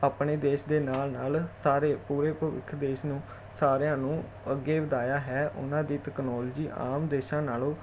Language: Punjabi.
ਆਪਣੇ ਦੇਸ਼ ਦੇ ਨਾਲ ਨਾਲ ਸਾਰੇ ਪੂਰੇ ਭਵਿਖ ਦੇਸ਼ ਨੂੰ ਸਾਰਿਆਂ ਨੂੰ ਅੱਗੇ ਵਧਾਇਆ ਹੈ ਉਹਨਾਂ ਦੀ ਤਕਨੋਲਜੀ ਆਮ ਦੇਸ਼ਾਂ ਨਾਲੋਂ